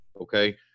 okay